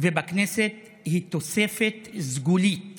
ובכנסת היא תוספת סגולית